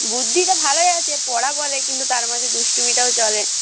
বুদ্ধিটা ভালোই আছে পড়া করে কিন্তু তার মাঝে দুষ্টুমিটাও চলে